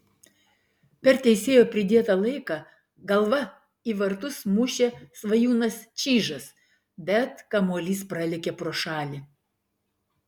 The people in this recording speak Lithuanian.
per teisėjo pridėtą laiką galva į vartus mušė svajūnas čyžas bet kamuolys pralėkė pro šalį